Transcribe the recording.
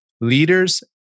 leaders